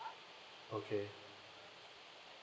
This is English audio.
okay